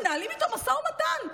מנהלים איתו משא ומתן.